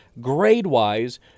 grade-wise